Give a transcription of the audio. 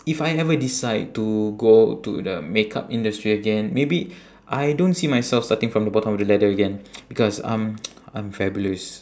if I ever decide to go to the makeup industry again maybe I don't see myself starting from the bottom of the ladder again because um I'm fabulous